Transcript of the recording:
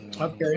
okay